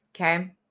Okay